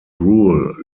rule